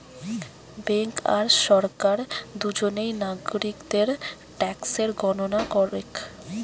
bank আর সরকার দুজনেই নাগরিকদের ট্যাক্সের গণনা করেক